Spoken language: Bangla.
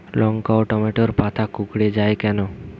লঙ্কা ও টমেটোর পাতা কুঁকড়ে য়ায় কেন?